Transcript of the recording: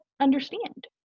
understand